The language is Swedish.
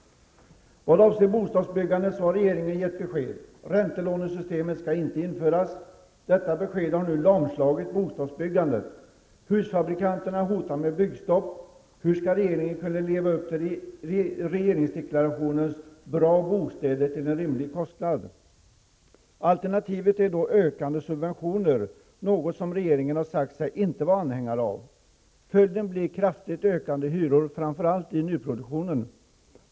Vad avser bostadsbyggandet har regeringen gett besked. Räntelånesystemet skall inte införas. Detta besked har nu lamslagit bostadsbyggandet. Alternativet är då ökande subventioner, något som regeringen har sagt sig inte vara anhängare av. Följden blir kraftigt ökade hyror främst i nyproduktion.